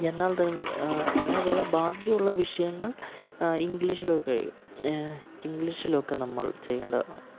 എന്നാൽ തന്നെ എന്നാൽ തന്നെ ബാക്കി ഉള്ള വിഷയങ്ങൾ ഇംഗ്ലീഷിലൊക്കെ ഇംഗ്ലീഷിലൊക്കെ നമ്മൾ ചെയ്യേണ്ടതാണ്